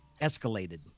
escalated